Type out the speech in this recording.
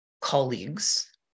colleagues